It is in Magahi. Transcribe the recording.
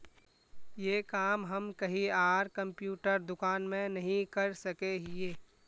ये काम हम कहीं आर कंप्यूटर दुकान में नहीं कर सके हीये?